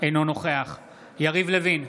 אינו נוכח יריב לוין,